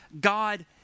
God